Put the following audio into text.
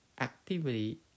activity